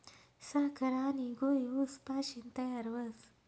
साखर आनी गूय ऊस पाशीन तयार व्हस